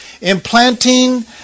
Implanting